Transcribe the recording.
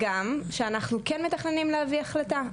הגם שאנחנו כן מתכננים להביא החלטה.